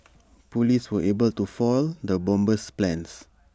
Police were able to foil the bomber's plans